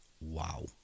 wow